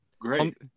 great